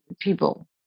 people